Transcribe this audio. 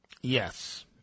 Yes